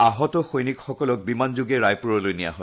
আহত সৈনিকসকলক বিমানযোগে ৰায়পুৰলৈ নিয়া হয়